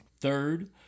Third